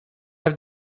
have